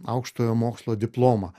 aukštojo mokslo diplomą